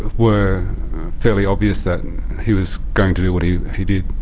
were fairly obvious that he was going to do what he he did.